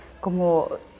como